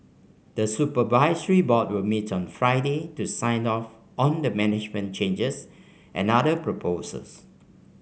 the supervisory board will meet on Friday to sign off on the management changes and other proposals